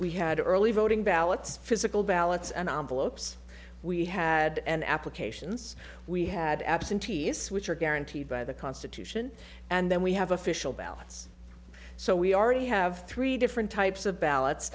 we had early voting ballots physical ballots and on the lopes we had an applications we had absentee s which are guaranteed by the constitution and then we have official ballots so we already have three different types of ballots